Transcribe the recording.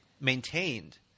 maintained